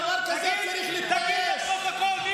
לרופא שחותם על דבר כזה צריך לשלול את הרישיון.